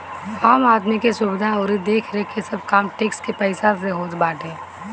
आम आदमी के सुविधा अउरी देखरेख के सब काम टेक्स के पईसा से होत बाटे